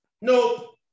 Nope